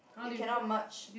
you cannot merge